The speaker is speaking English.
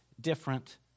different